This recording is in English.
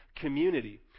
community